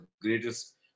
greatest